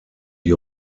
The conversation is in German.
die